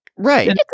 right